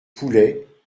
poulet